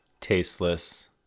tasteless